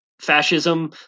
fascism